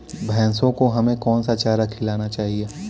भैंसों को हमें कौन सा चारा खिलाना चाहिए?